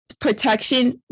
Protection